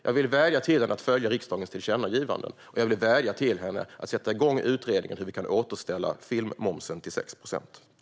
Jag vill vädja till henne att följa riksdagens tillkännagivanden, och jag vill vädja till henne att sätta igång utredningen om hur vi kan återställa filmmomsen till 6 procent.